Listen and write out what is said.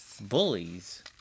Bullies